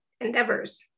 endeavors